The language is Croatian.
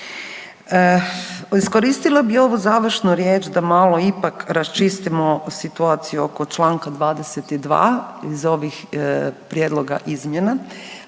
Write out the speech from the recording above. Iskoristila bi ovu završnu riječ da malo ipak raščistimo situaciju oko čl. 22. iz ovih prijedloga izmjena.